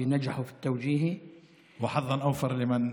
היינו בג'דיידה-מכר,